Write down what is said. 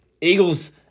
Eagles